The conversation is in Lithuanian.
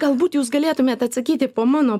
galbūt jūs galėtumėt atsakyti po mano